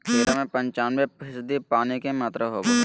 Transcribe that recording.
खीरा में पंचानबे फीसदी पानी के मात्रा होबो हइ